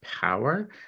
power